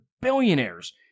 billionaires